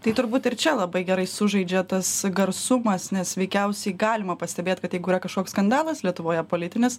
tai turbūt ir čia labai gerai sužaidžia tas garsumas nes veikiausiai galima pastebėt kad jeigu yra kažkoks skandalas lietuvoje politinis